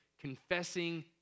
confessing